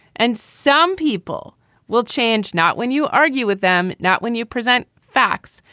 and some people will change. not when you argue with them. not when you present facts,